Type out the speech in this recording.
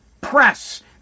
press